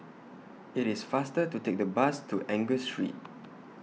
IT IS faster to Take The Bus to Angus Street